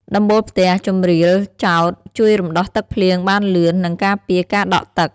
ដំបូលផ្ទះជម្រាលចោត ជួយរំដោះទឹកភ្លៀងបានលឿន និងការពារការដក់ទឹក ។